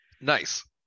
Nice